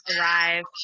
arrive